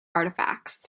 artifacts